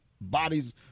bodies